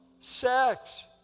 sex